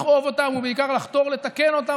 לכאוב אותם ובעיקר לחתור לתקן אותם.